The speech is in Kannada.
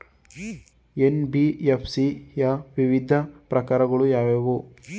ಎನ್.ಬಿ.ಎಫ್.ಸಿ ಯ ವಿವಿಧ ಪ್ರಕಾರಗಳು ಯಾವುವು?